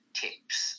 tips